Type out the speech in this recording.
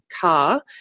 car